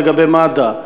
לגבי מד"א,